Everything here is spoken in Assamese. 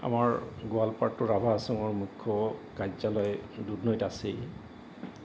আমাৰ গোৱালপাৰাটো ৰাভাহাচঙৰ মুখ্য কাৰ্যালয় দুধনৈত আছেই